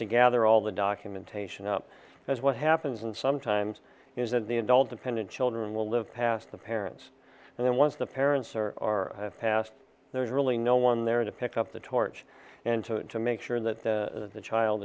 gather all the documentation up as what happens and sometimes use in the adult dependent children will live past the parents and then once the parents are or have passed there's really no one there to pick up the torch and to make sure that the the child